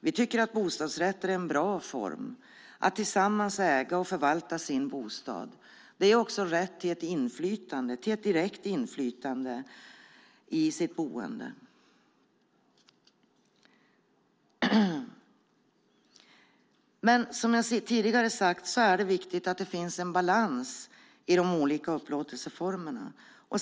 Vi tycker att bostadsrätter är en bra form, att tillsammans äga och förvalta sin bostad. Det ger också rätt till ett direkt inflytande över det egna boendet. Men som jag tidigare har sagt är det viktigt att det finns en balans mellan de olika upplåtelseformerna.